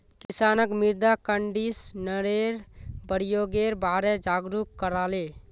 किसानक मृदा कंडीशनरेर प्रयोगेर बारे जागरूक कराले